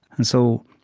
and so,